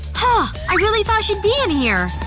ah i really thought she'd be in here,